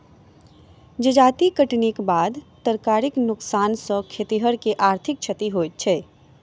जजाति कटनीक बाद तरकारीक नोकसान सॅ खेतिहर के आर्थिक क्षति होइत छै